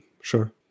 sure